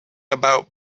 about